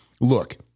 look